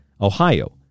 Ohio